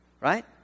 right